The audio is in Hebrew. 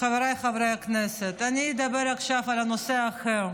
חבריי חברי הכנסת, אני אדבר עכשיו על נושא אחר,